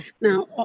Now